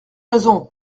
raisons